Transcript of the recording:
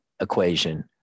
equation